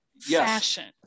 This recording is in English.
fashion